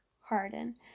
Harden